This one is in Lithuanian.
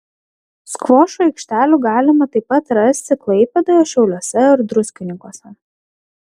skvošo aikštelių galima taip pat rasti klaipėdoje šiauliuose ir druskininkuose